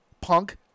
Punk